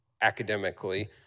academically